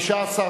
סעיף 1 נתקבל.